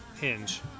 hinge